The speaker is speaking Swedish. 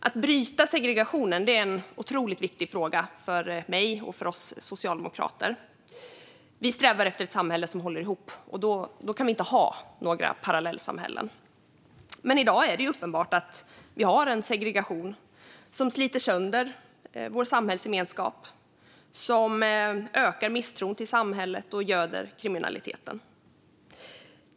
Att bryta segregationen är en otroligt viktig fråga för mig och Socialdemokraterna. Vi strävar efter ett samhälle som håller ihop, och då kan vi inte ha några parallellsamhällen. I dag är det uppenbart att vi har en segregation som sliter sönder vår samhällsgemenskap, som ökar misstron till samhället och som göder kriminaliteten.